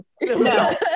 No